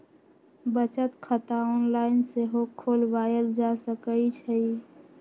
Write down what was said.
बचत खता ऑनलाइन सेहो खोलवायल जा सकइ छइ